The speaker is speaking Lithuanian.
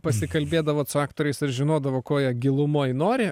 pasikalbėdavot su aktoriais ir žinodavo ko jie gilumoj nori